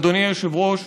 אדוני היושב-ראש,